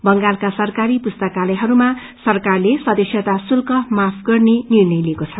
बंगालका विभिन्न सरकारी पुस्ताकलयहरूमा सरकारले सदस्यता श्रूल्क माफ गर्ने निर्णय लिएको छ